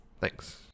Thanks